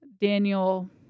Daniel